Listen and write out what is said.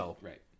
Right